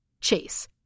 Chase